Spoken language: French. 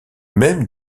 même